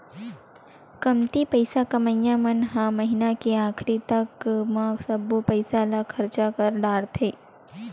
कमती पइसा कमइया मन ह महिना के आखरी तक म सब्बो पइसा ल खरचा कर डारथे